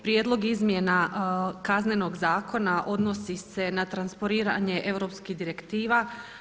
Prijedlog izmjena Kaznenog zakona odnosi se na transporiranje europskih direktiva.